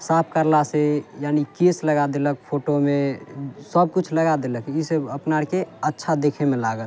साफ करलासँ यानि केश लगा देलक फोटोमे सब किछु लगा देलक जैसे अपना अरके अच्छा देखयमे लागल